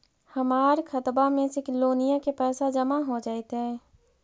हमर खातबा में से लोनिया के पैसा जामा हो जैतय?